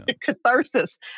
catharsis